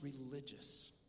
religious